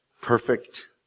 perfect